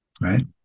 right